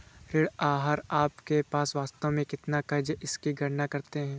ऋण आहार आपके पास वास्तव में कितना क़र्ज़ है इसकी गणना करते है